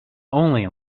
only